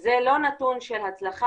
אז זה לא נתון של הצלחה,